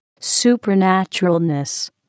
supernaturalness